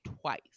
twice